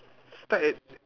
start at